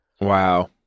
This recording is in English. Wow